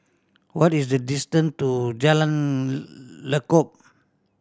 what is the distance to Jalan Lekub